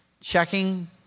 checking